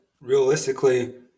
realistically